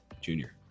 Junior